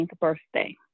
birthday